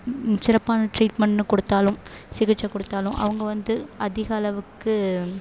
சிறப்பான ட்ரீட்மெண்ட்னு கொடுத்தாலும் சிகிச்சை கொடுத்தாலும் அவங்க வந்து அதிக அளவுக்கு